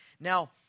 now